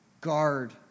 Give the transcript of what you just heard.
guard